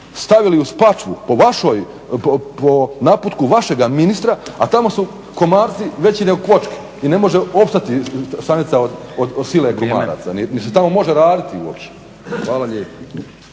stavili u Spačvu po naputku vašega ministra, a tamo su komarci veći nego kvočke i ne može opstati stanica od sile komaraca, niti se tamo može raditi uopće. Hvala lijepo.